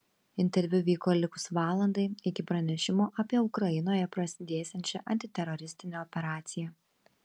interviu vyko likus valandai iki pranešimo apie ukrainoje prasidėsiančią antiteroristinę operaciją